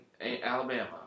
Alabama